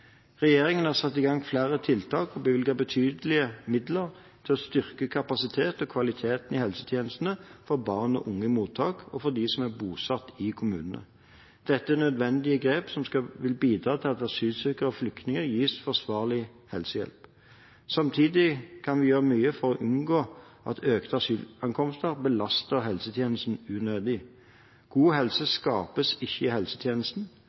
Regjeringen har satt i gang flere tiltak og bevilget betydelige midler til å styrke kapasiteten og kvaliteten i helsetjenestene for barn og unge i mottak og for dem som er bosatt i kommunene. Dette er nødvendige grep som vil bidra til at asylsøkere og flyktninger gis forsvarlig helsehjelp. Samtidig kan vi gjøre mye for å unngå at økte asylankomster belaster helsetjenestene unødig. God helse skapes ikke i